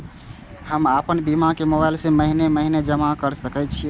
हम आपन बीमा के मोबाईल से महीने महीने जमा कर सके छिये?